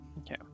Okay